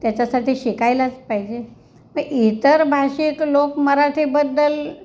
त्याच्यासाठी शिकायलाच पाहिजे मग इतर भाषिक लोक मराठीबद्दल